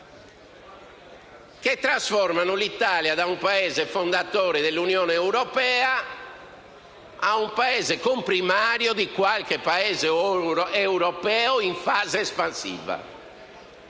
che trasformano l'Italia da un Paese fondatore dell'Unione europea a un Paese comprimario di qualche Paese europeo in fase espansiva.